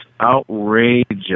outrageous